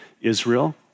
Israel